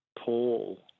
paul